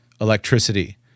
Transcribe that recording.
electricity